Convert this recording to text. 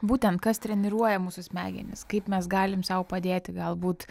būtent kas treniruoja mūsų smegenis kaip mes galim sau padėti galbūt